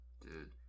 dude